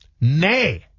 Nay